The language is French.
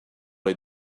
les